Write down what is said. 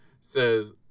says